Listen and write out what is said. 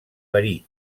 verí